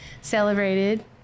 celebrated